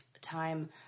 time